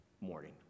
morning